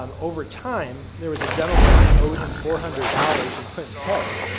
um over time, there was a gentleman that owed him four hundred dollars and couldn't pay,